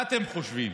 מה אתם חושבים,